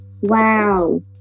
Wow